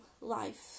life